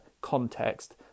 context